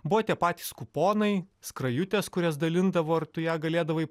buvo tie patys kuponai skrajutės kurias dalindavo ir tu ją galėdavai